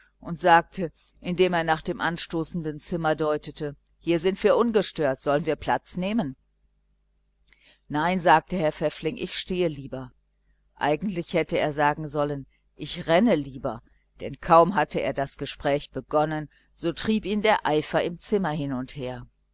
und sagte indem er nach einem anstoßenden zimmer deutete hier sind wir ungestört wollen sie platz nehmen nein sagte herr pfäffling ich stehe lieber eigentlich hätte er sagen sollen ich renne lieber denn kaum hatte er das gespräch begonnen so trieb ihn der eifer im zimmer hin und her